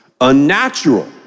unnatural